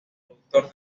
productor